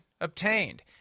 obtained